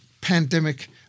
pandemic